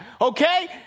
Okay